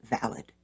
valid